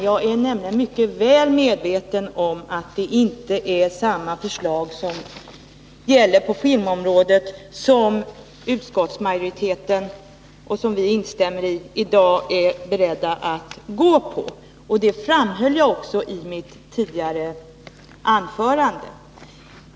Jag är nämligen mycket väl medveten om att det inte är ett förslag motsvarande det som gäller på filmområdet som utskottsmajoriteten i dag är beredd att stödja och som vi instämmer i. Det framhöll jag också i mitt tidigare anförande.